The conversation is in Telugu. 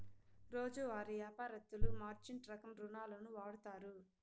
రోజువారీ యాపారత్తులు మార్జిన్ రకం రుణాలును వాడుతారు